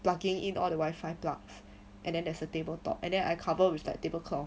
plugging in all the wifi plugs and then there's a table top and then I cover with like tablecloth